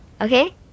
okay